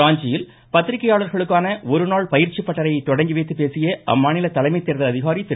ராஞ்சியில் பத்திரிக்கையாளர்களுக்கான ஒரு நாள் பயிற்சி பட்டறையை தொடங்கி வைத்து பேசிய அம்மாநில தலைமை தேர்தல் அதிகாரி திரு